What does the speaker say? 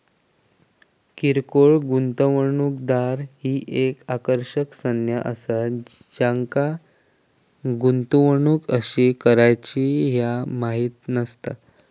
किरकोळ गुंतवणूकदार ही एक आकर्षक संज्ञा असा ज्यांका गुंतवणूक कशी करायची ह्या माहित नसता